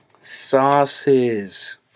sauces